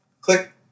click